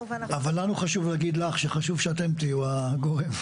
אבל לנו חשוב להגיד לך שחשוב שאתם תהיו הגורם.